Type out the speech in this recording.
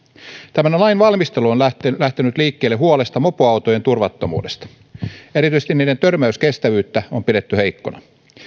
tämän lain valmistelu on lähtenyt liikkeelle huolesta mopoautojen turvattomuudesta erityisesti niiden törmäyskestävyyttä on pidetty heikkona